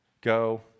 go